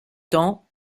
temps